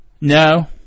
No